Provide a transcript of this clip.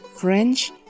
French